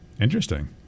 Interesting